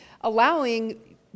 allowing